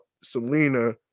Selena